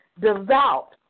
devout